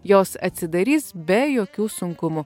jos atsidarys be jokių sunkumų